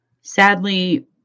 Sadly